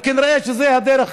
וכנראה שזו הדרך